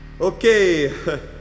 Okay